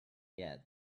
yet